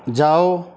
ਜਾਓ